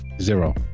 Zero